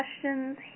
questions